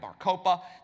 Barcopa